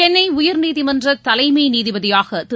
சென்னை உயர்நீதிமன்ற தலைமை நீதிபதியாக திரு